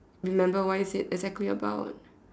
remember what is it exactly about